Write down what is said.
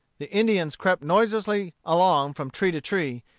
the indians crept noiselessly along from tree to tree,